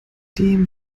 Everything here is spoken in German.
dem